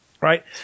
Right